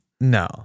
No